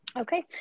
okay